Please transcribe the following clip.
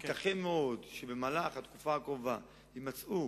ייתכן מאוד שבמהלך התקופה הקרובה יימצאו